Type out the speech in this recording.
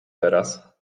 teraz